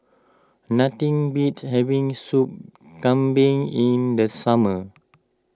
nothing beats having Soup Kambing in the summer